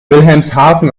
wilhelmshaven